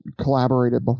collaborated